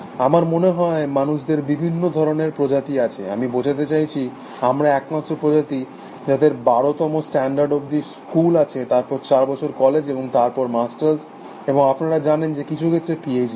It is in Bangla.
আমার মনে হয় মানুষদের বিভিন্ন ধরণের প্রজাতি আছে আমি বোঝাতে চাইছি আমরা একমাত্র প্রজাতি যাদের বারোতম স্ট্যান্ডার্ড অবধি স্কুল আছে তারপর চার বছর কলেজ এবং তারপর মাস্টার্স এবং আপনারা জানেন যে কিছু ক্ষেত্রে পিএইচডি